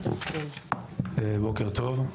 בוקר טוב.